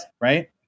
right